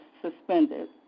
suspended